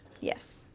yes